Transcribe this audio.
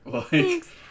Thanks